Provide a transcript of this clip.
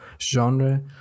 genre